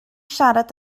siarad